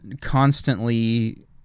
constantly